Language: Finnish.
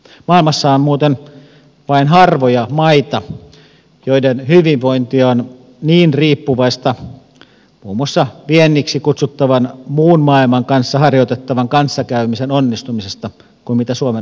maailmassa on muuten vain harvoja maita joiden hyvinvointi on niin riippuvaista muun muassa vienniksi kutsuttavan muun maailman kanssa harjoitettavan kanssakäymisen onnistumisesta kuin mikä suomen osalta on tilanne